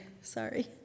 sorry